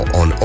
on